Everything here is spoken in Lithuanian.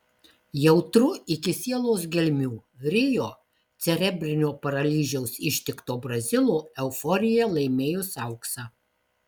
jautru iki sielos gelmių rio cerebrinio paralyžiaus ištikto brazilo euforija laimėjus auksą